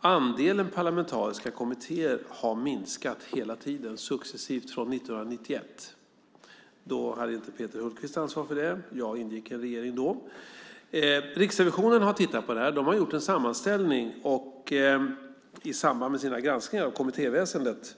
Andelen parlamentariska kommittéer har minskat hela tiden successivt från 1991. Då hade Peter Hultqvists parti inte ansvar för det, men jag ingick i en regering då. Riksrevisionen har tittat på det här och gjort en sammanställning i samband med sina granskningar av kommittéväsendet.